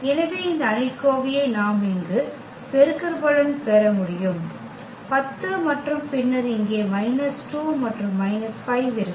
எனவே இந்த அணிக்கோவையை நாம் இங்கு பெருகற்பலன் பெற முடியும் 10 மற்றும் பின்னர் இங்கே மைனஸ் 2 மற்றும் மைனஸ் 5 இருக்கும்